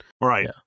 Right